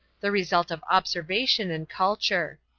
the result of observation and culture.